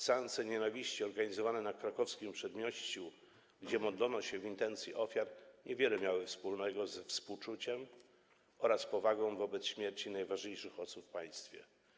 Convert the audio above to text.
Seanse nienawiści organizowane na Krakowskim Przedmieściu, gdzie modlono się w intencji ofiar, niewiele miały wspólnego ze współczuciem oraz powagą wobec śmierci najważniejszych osób w państwie.